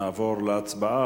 נעבור להצבעה,